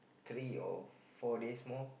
three or four days more